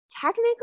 technically